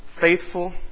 faithful